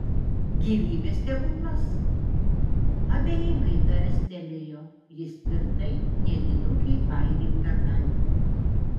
gyvybės stebuklas abejingai tarstelėjo jis tvirtai nedidukei airei tarnaitei